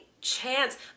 chance